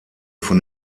von